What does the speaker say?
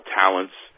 talents